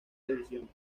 división